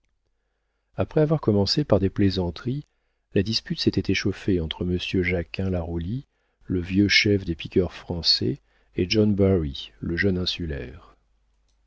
après avoir commencé par des plaisanteries la dispute s'était échauffée entre monsieur jacquin la roulie le vieux chef des piqueurs français et john barry le jeune insulaire